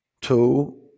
two